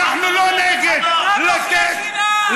אנחנו לא נגד לתת, אתם אוכלי חינם.